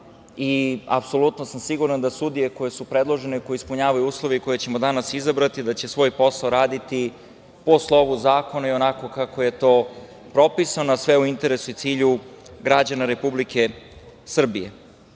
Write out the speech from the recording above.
Ustava. Apsolutno sam siguran da sudije koje su predložene, koje ispunjavaju uslove i koje ćemo danas izabrati, da će svoj posao raditi po slovu zakona i onako kako je to propisano, a sve u interesu i cilju građana Republike Srbije. Kad